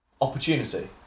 opportunity